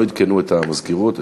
לא עדכנו את המזכירות,